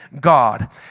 God